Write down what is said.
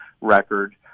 record